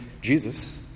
Jesus